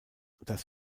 das